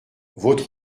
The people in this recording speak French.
votre